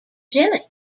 jimmy